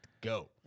go